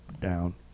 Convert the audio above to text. down